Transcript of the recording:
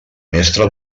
mestre